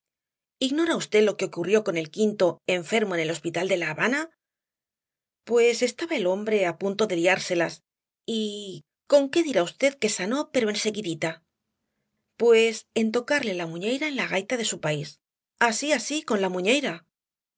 ignora v lo que ocurrió con el quinto enfermo en el hospital de la habana pues estaba el pobre hombre á punto de liárselas y con qué dirá v que sanó pero en seguidita pues con tocarle la muiñeira en la gaita de su país así así con la